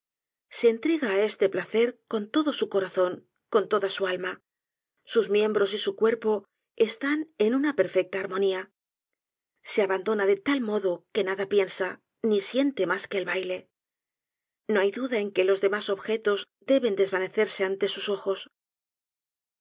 se entrega á este placer con todo su corazón con toda su alma sus miembros y su cuerpo están en una perfecta armonía se abandona de tal modo que nada piensa ni siente mas que el baile no hay duda en que los demás objetos deben desvanecerse antes sus ojos